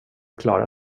klara